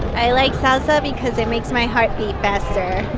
i like salsa because it makes my heart beat faster.